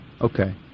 Okay